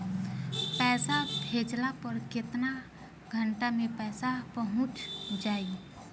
पैसा भेजला पर केतना घंटा मे पैसा चहुंप जाई?